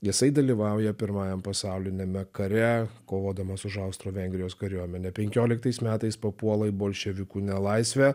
jisai dalyvauja pirmajam pasauliniame kare kovodamas už austro vengrijos kariuomenę penkioliktais metais papuola į bolševikų nelaisvę